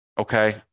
okay